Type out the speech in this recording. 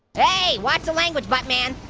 hey, watch the language buttman.